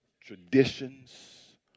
traditions